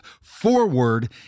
forward